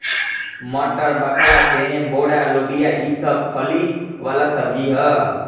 मटर, बकला, सेम, बोड़ा, लोबिया ई सब फली वाला सब्जी ह